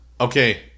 okay